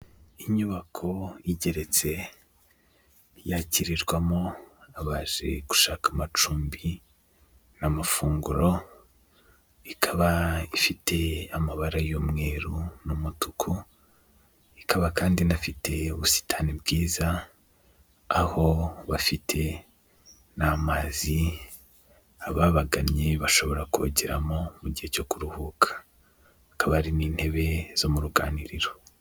Inyubako igeretse yakirirwamo abaje gushaka amacumbi n'amafunguro, ikaba ifite amabara y'umweru n'umutuku, ikaba kandi inafite ubusitani bwiza aho bafite n'amazi, ababaganye bashobora kugeramo mu gihe cyo kuruhuka, hakaba hari n'intebe zo mu ruganiriro.